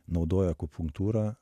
naudoja akupunktūrą